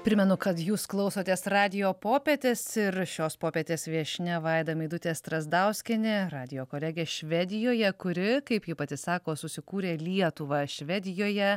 primenu kad jūs klausotės radijo popietės ir šios popietės viešnia vaida meidutė strazdauskienė radijo kolegė švedijoje kuri kaip ji pati sako susikūrė lietuvą švedijoje